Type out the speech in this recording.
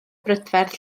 brydferth